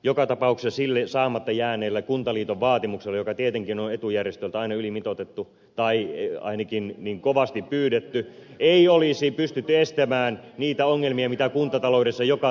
joka tapauksessa sillä saamatta jääneellä kuntaliiton vaatimuksella joka tietenkin on etujärjestöltä aina ylimitoitettu tai ainakin niin kovasti pyydetty ei olisi pystytty estämään niitä ongelmia joita kuntataloudessa joka tapauksessa on